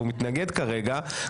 והוא מתנגד כרגע,